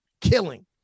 killing